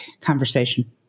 conversation